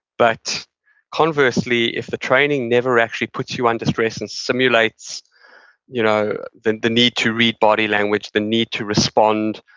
but conversely, if the training never actually puts you under stress and simulates you know the the need to read body language, the need to respond,